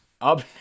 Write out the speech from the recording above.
Up